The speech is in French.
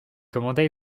commandait